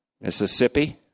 Mississippi